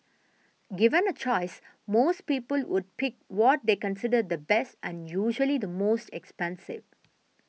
given a choice most people would pick what they consider the best and usually the most expensive